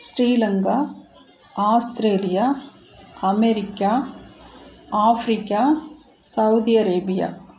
Sri Lanka Australia America Africa Saudi Arabia